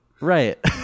Right